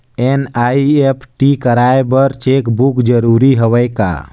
NEFT कराय बर cheque book जरूरी हवय का?